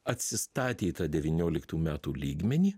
atsistatė į tą devynioliktų metų lygmenį